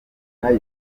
nayo